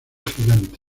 gigante